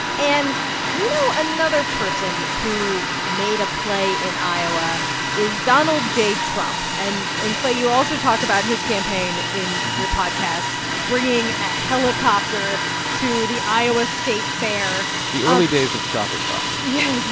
and you know another person who made a play in iowa is donald j. trump. and and clay, you also talk about his campaign in your podcast, bringing a helicopter to the iowa state fair the early days of chopper talk yeah.